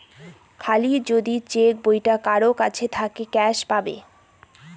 খালি যদি চেক বইটা কারোর কাছে থাকে ক্যাস পাবে